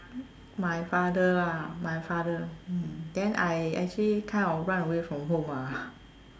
my father ah my father mm then I actually kind of run away from home ah